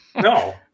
No